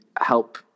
help